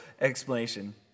explanation